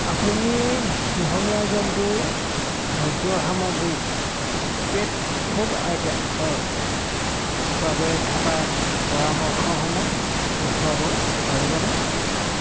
আপুনি পোহনীয়া জন্তুৰ খাদ্য সামগ্ৰী পেট ফুড আইটেমছৰ বাবে থকা পৰামৰ্শসমূহ দেখুৱাব পাৰিবনে